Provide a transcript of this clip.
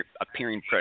appearing